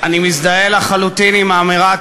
אני מזדהה לחלוטין עם האמירה,